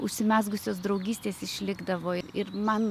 užsimezgusios draugystės išlikdavo ir man